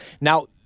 now